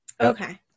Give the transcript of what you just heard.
Okay